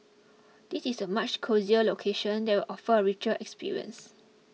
this is a much cosier location that will offer a richer experience